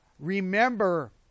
Remember